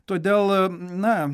todėl na